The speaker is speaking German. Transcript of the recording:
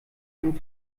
ein